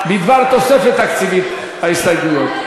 בדבר תוספת תקציבית, ההסתייגויות.